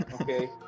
Okay